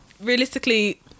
realistically